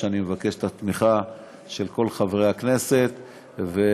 אני מבקש את התמיכה של כל חברי הכנסת וגם,